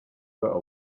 her